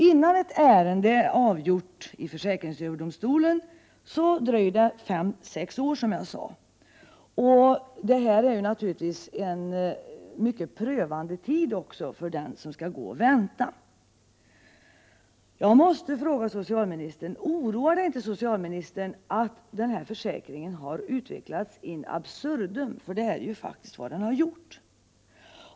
Innan ett ärende är avgjort i försäkringsöverdomstolen dröjer det, som jag nyss sade, fem till sex år. Det är naturligtvis också en mycket prövande tid för den som skall behöva vänta så länge på avgörandet. Jag måste fråga: Oroar det inte socialministern att arbetsskadeförsäkringen utvecklats in absurdum? Det är ju faktiskt vad som har skett.